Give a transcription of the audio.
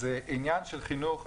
עניין של חינוך,